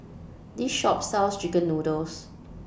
This Shop sells Chicken Noodles